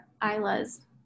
Isla's